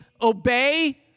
obey